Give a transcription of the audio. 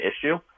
issue